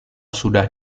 sudah